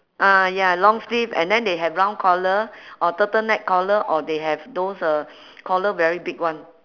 ah ya long sleeve and then they have round collar or turtleneck collar or they have those uh collar very big one